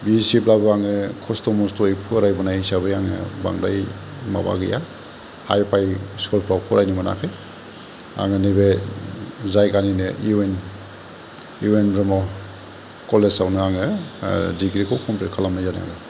बि एससिब्लाबो आङो खस्थ मस्थ'यै फरायनाय हिसाबै आङो बांद्राय माबा गैया हाइ फाइ स्कुलफोराव फरायनो मोनाखै आङो नैबे जायगानिनो इउएन इउएन ब्रह्म कलेजावनो आङो दिग्रीखौ कम्पिलट खालामनाय जादोंमोन